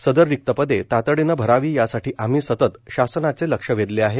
सदर रिक्तक पदे तातडीनं भरावी यासाठी आम्ही सतत शासनाचे लक्ष वेधले आहे